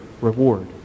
reward